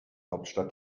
hauptstadt